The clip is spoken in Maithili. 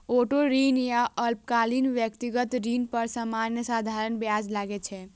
ऑटो ऋण या अल्पकालिक व्यक्तिगत ऋण पर सामान्यतः साधारण ब्याज लागै छै